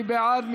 מי בעד?